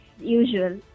usual